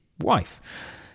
wife